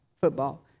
football